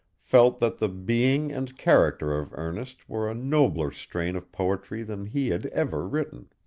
felt that the being and character of ernest were a nobler strain of poetry than he had ever written.